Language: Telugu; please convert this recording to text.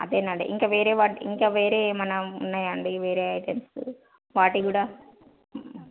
అదేనండి ఇంక వేరే వాటి ఇంకా వేరే ఏమన్నా ఉన్నాయాండి వేరే ఐటెమ్స్ వాటి కూడా